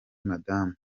madamu